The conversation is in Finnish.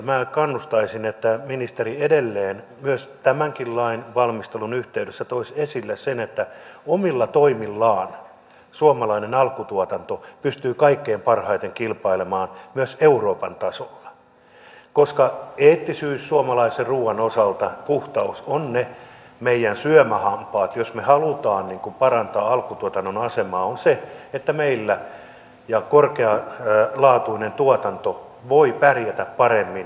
minä kannustaisin että ministeri edelleen tämänkin lain valmistelun yhteydessä toisi esille sen että omilla toimillaan suomalainen alkutuotanto pystyy kaikkein parhaiten kilpailemaan myös euroopan tasolla koska eettisyys suomalaisen ruoan osalta puhtaus ovat ne meidän syömähampaamme jos me haluamme parantaa alkutuotannon asemaa että meillä korkealaatuinen tuotanto voi pärjätä paremmin kansainvälisillä markkinoilla